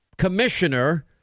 commissioner